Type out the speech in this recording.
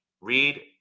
Read